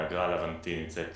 האגרה, להבנתי, נמצאת